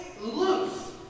loose